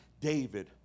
david